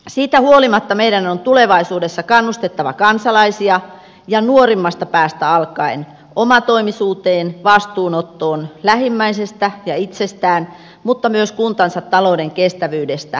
siitä huolimatta meidän on tulevaisuudessa kannustettava kansalaisia ja nuorimmasta päästä alkaen omatoimisuuteen vastuunottoon lähimmäisestä ja itsestään mutta myös kuntansa talouden kestävyydestä omalta osaltaan